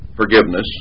forgiveness